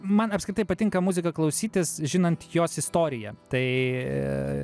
man apskritai patinka muziką klausytis žinant jos istoriją tai